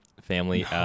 family